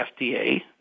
FDA